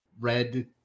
red